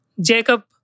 Jacob